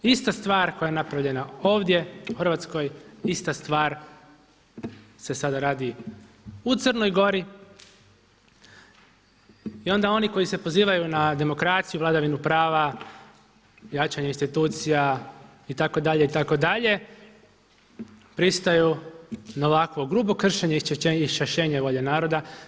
Ista stvar koja je napravljena ovdje u Hrvatskoj, ista stvar se sada radi u Crnoj Gori i onda oni koji se pozivaju na demokraciju, vladavinu prava, jačanje institucija itd., itd. pristaju na ovako grubo kršenje iščašenje volje naroda.